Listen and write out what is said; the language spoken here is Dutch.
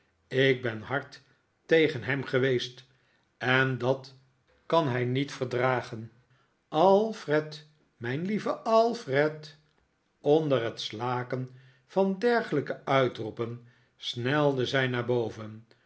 ik ben hard tegen hem geweest en dat kan hij niet verdragen alfred mijn lieve alfred onder het slaken van dergelijke uitroepen snelde zij naar boven